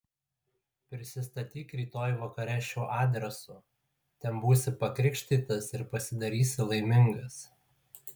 prisistatyk rytoj vakare šiuo adresu ten būsi pakrikštytas ir pasidarysi laimingas